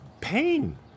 pain